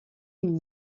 une